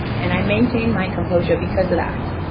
and i maintained my composure, because of that.